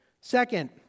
Second